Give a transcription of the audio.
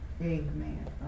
Amen